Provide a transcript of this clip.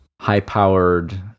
high-powered